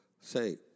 say